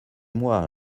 moi